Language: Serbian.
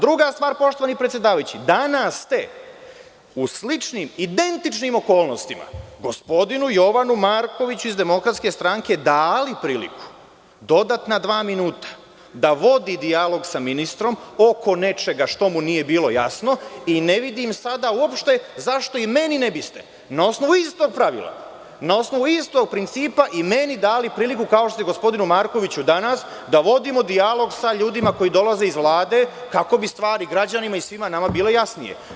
Druga stvar, poštovani predsedavajući, danas ste u sličnim, identičnim okolnostima, gospodinu Jovanu Markoviću iz DS dali priliku, dodatna dva minuta da vodi dijalog sa ministrom oko nečega što mu nije bilo jasno i ne vidim sada uopšte zašto i meni ne bi ste na osnovu istog pravila, na osnovu istog principa i dali priliku kao što ste gospodinu Markoviću danas da vodimo dijalog sa ljudima koji dolaze iz Vlade, kako bi stvari građanima i svima nama bile jasnije.